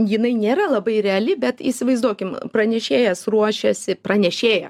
jinai nėra labai reali bet įsivaizduokim pranešėjas ruošiasi pranešėja